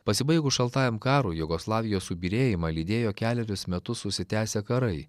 pasibaigus šaltajam karui jugoslavijos subyrėjimą lydėjo kelerius metus užsitęsę karai